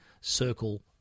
Circle